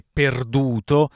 perduto